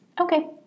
Okay